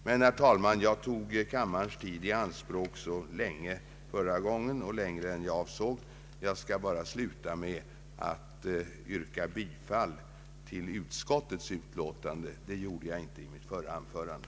Men, herr talman, jag tog kammarens tid i anspråk så länge förra gången — längre än jag avsåg — så jag vill nu sluta med att yrka bifall till utskottets förslag. Det gjorde jag inte i mitt förra anförande.